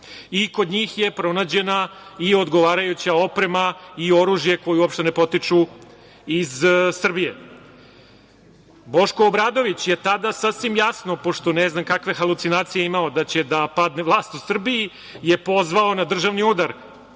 Kod njih je pronađena i odgovarajuća oprema i oružje koje uopšte ne potiče iz Srbije. Boško Obradović je tada sasvim jasno, pošto ne znam kakve je halucunacije imao da će da padne vlast u Srbiji, je pozvao na državni udar.